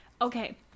okay